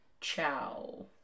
Ciao